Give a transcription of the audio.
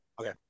Okay